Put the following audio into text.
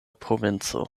provinco